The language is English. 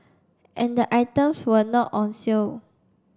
and the items were not on sale